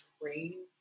train